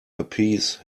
appease